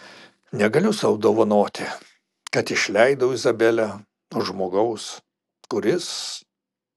negaliu sau dovanoti kad išleidau izabelę už žmogaus kuris